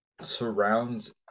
surrounds